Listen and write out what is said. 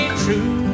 true